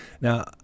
Now